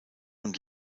und